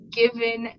given